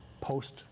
post